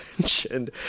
mentioned